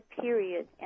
period